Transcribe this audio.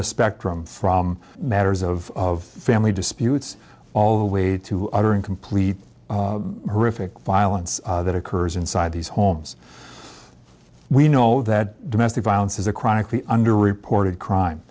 the spectrum from matters of family disputes all the way to utter and complete violence that occurs inside these homes we know that domestic violence is a chronically under reported crime